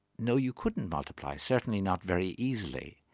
no, you couldn't multiply, certainly not very easily.